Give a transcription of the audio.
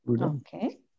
Okay